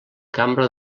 cambra